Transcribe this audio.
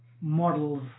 models